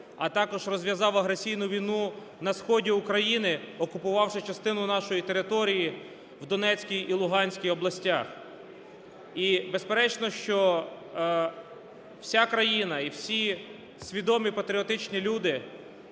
а також розв'язав агресивну війну на сході України окупувавши частину нашої території в Донецькій і Луганській областях. І безперечно, що вся країна і всі свідомі патріотичні люди,